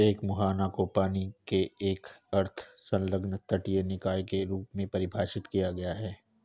एक मुहाना को पानी के एक अर्ध संलग्न तटीय निकाय के रूप में परिभाषित किया गया है